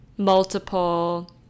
multiple